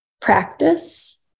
practice